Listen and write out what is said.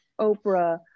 oprah